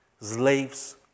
Slaves